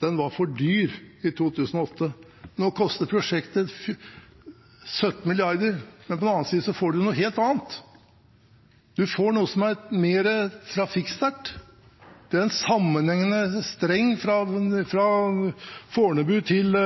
var for dyr i 2008. Nå koster prosjektet 17 mrd. kr, men på den annen side får man noe helt annet. Man får noe som er mer trafikksterkt. Det er en sammenhengende streng fra Fornebu til